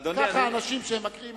כך האנשים שהם קוראים את המכתבים,